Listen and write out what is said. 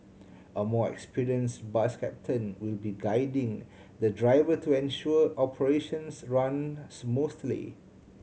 a more experienced bus captain will be guiding the driver to ensure operations run smoothly